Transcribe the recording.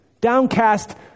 downcast